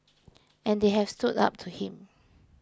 and they have stood up to him